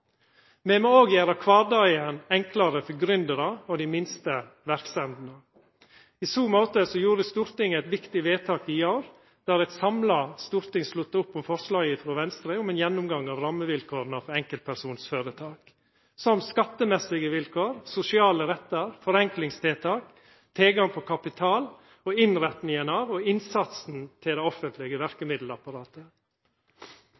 Me må òg gjera kvardagen enklare for gründerar og dei minste verksemdene. I so måte gjorde Stortinget eit viktig vedtak i år, der eit samla storting slutta opp om forslaget frå Venstre om ei gjennomgang av rammevilkåra for enkeltpersonføretak, som skattemessige vilkår, sosiale rettar, tiltak for å forenkla, tilgang på kapital og innrettinga av og innsatsen til det offentlege